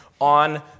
on